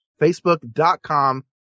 facebook.com